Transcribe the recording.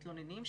מתלוננים,